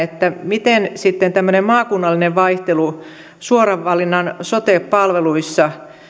miten tämmöinen maakunnallinen vaihtelu suoran valinnan sote palveluissa